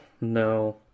no